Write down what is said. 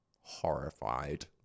horrified